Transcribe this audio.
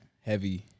heavy